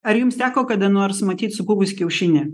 ar jums teko kada nors matyt supuvusį kiaušinį